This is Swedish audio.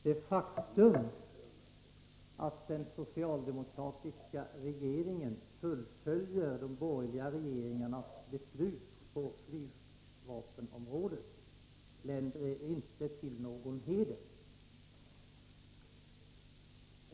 Det faktum att den socialdemokratiska regeringen fullföljer de borgerliga regeringarnas beslut på flygvapenområdet länder dem inte till någon heder.